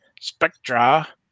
Spectra